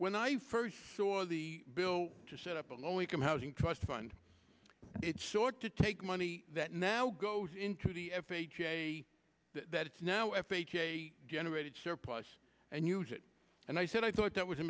when i first saw the bill to set up a low income housing trust fund it's sort to take money that now goes into the f h a that it's now f h a generated surplus and huge it and i said i thought that was a